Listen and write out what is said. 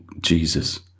Jesus